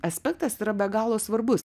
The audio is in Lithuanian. aspektas yra be galo svarbus